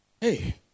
Hey